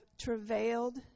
travailed